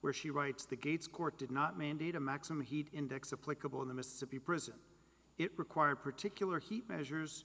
where she writes the gates court did not mandate a maximum heat index of clickable in the mississippi prison it required particular heat measures